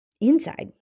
Inside